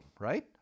right